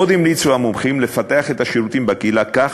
עוד המליצו המומחים לפתח את השירותים בקהילה כך